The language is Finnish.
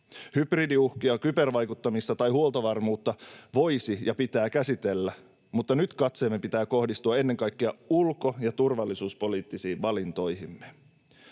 Hybridiuhkia, kybervaikuttamista tai huoltovarmuutta voisi ja pitää käsitellä, mutta nyt katseemme pitää kohdistua ennen kaikkea ulko- ja turvallisuuspoliittisiin valintoihimme.